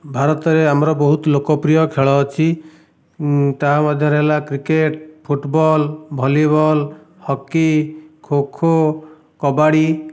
ଭାରତରେ ଆମର ବହୁତ ଲୋକପ୍ରିୟ ଖେଳ ଅଛି ତା' ମଧ୍ୟରେ ହେଲା cricket football volleyball hockey kho kho kabaddi